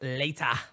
later